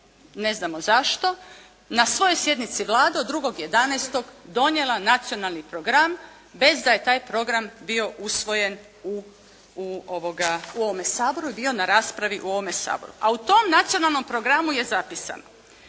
ne znamo zašto na svojoj sjednici Vlada od 2.11. donijela nacionalni program bez da je taj program bio usvojen u ovome Saboru i bio na raspravi u ovome Saboru. A u tom nacionalnom programu je zapisano: